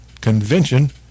convention